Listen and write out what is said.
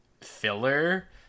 filler